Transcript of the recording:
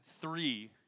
three